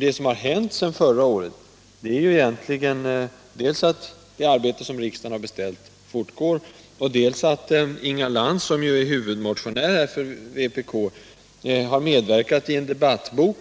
Det som har hänt sedan förra året är dels att det arbete som riksdagen har beställt pågår, dels att Inga Lantz, som är huvudmotionär för vänsterpartiet kommunisterna, har medverkat i en debattbok